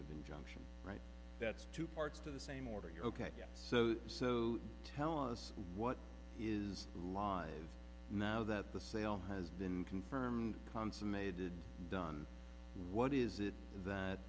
of injunction right that's two parts to the same order your ok so so tell us what is live now that the sale has been confirmed consummated done what is it that